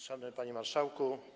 Szanowny Panie Marszałku!